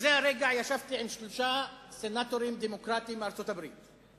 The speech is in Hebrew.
בזה הרגע ישבתי עם שלושה סנטורים דמוקרטים מארצות-הברית.